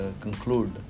conclude